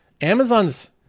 Amazon's